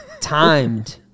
timed